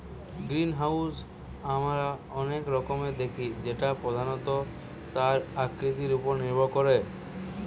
greenhouse আমরা অনেক রকমের দেখি যেটা প্রধানত তার আকৃতি উপর নির্ভর করে